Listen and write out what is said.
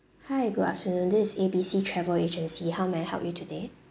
hi good afternoon this is A B C travel agency how may I help you today